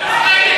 איפה דמוקרטית?